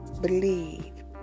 believe